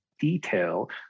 detail